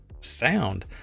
sound